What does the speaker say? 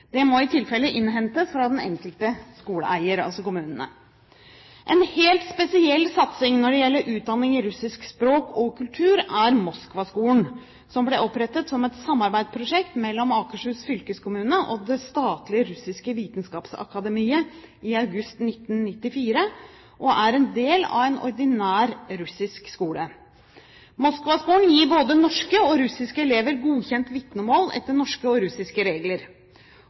Det må i tilfelle innhentes fra de enkelte skoleeierne, altså kommunene. En helt spesiell satsing når det gjelder utdanning i russisk språk og kultur, er Moskvaskolen. Den ble opprettet som et samarbeidsprosjekt mellom Akershus fylkeskommune og Det Statlige Russiske Vitenskapsakademiet i august 1994 og er en del av en ordinær russisk skole. Moskvaskolen gir både norske og russiske elever godkjent vitnemål etter norske og russiske regler.